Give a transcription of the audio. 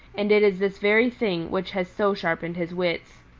and it is this very thing which has so sharpened his wits.